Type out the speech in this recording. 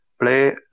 play